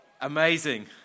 Amazing